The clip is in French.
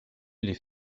les